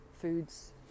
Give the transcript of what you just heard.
foods